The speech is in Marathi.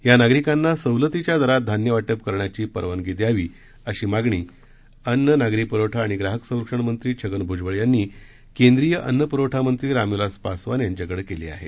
या नागरिकांना सवलतीच्या दरात धान्य वाटप करण्याची परवानगी द्यावी अशी मागणी राज्याचे अन्न नागरी प्रवठा आणि ग्राहक संरक्षण मंत्री छगन भूजबळ यांनी केंद्रीय अन्न प्रवठा मंत्री रामविलास पासवान यांच्याकडे केली आहे